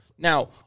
Now